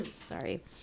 Sorry